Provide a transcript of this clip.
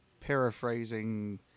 paraphrasing